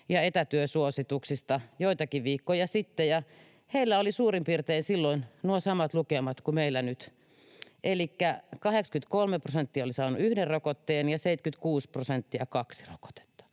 ja etätyösuosituksista joitakin viikkoja sitten, ja heillä oli silloin suurin piirtein nuo samat lukemat kuin meillä nyt elikkä 83 prosenttia oli saanut yhden rokotteen ja 76 prosenttia kaksi rokotetta.